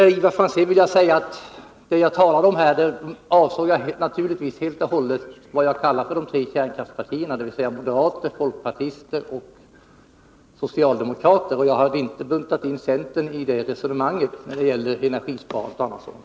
Till Ivar Franzén vill jag säga att när jag talade om de tre kärnkraftspartierna, så avsåg jag naturligtvis helt och hållet de partier som jag vill kalla kärnkraftspartier, dvs. moderata samlingspartiet, folkpartiet och socialdemokraterna. Jag har inte tagit med centern i resonemanget om energisparande och annat sådant.